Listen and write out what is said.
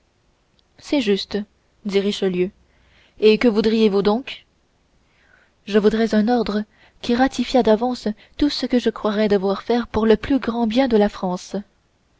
c'est juste dit richelieu et que voudriez-vous donc je voudrais un ordre qui ratifiât d'avance tout ce que je croirai devoir faire pour le plus grand bien de la france